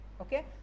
Okay